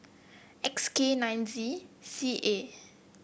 X K nine Z C A